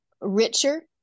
richer